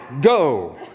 go